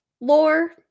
Lore